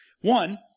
One